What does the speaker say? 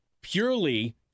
purely